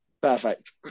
perfect